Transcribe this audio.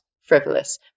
frivolous